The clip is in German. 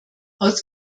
aus